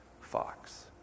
fox